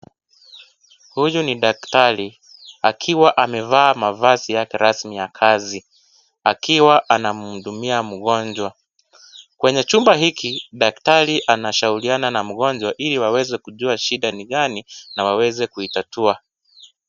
Huyu ni daktari. Akiwa amevaa mavazi yake rasmi ya kazi. Akiwa anamhudumia mgonjwa. Kwenye chupa hiki daktari anashauriana na mgonjwa ili waweze kujua shida ni gani na waweze kuitatua.